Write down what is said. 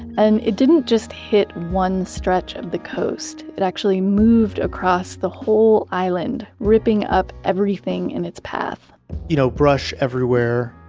and it didn't just hit one stretch of the coast, it actually moved across the whole island, ripping up everything in its path you know brush everywhere,